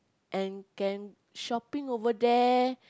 and can shopping over there